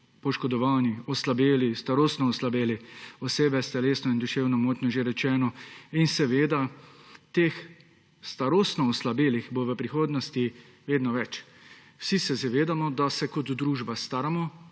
poškodovani, oslabeli, starostno oslabeli, osebe s telesno in duševno motnjo, že rečeno; in teh starostno oslabelih bo v prihodnosti vedno več. Vsi se zavedamo, da se kot družba staramo.